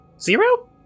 Zero